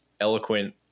eloquent –